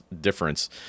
difference